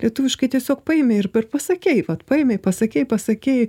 lietuviškai tiesiog paėmei ir ir pasakei vat paėmei pasakei pasakei